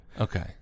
Okay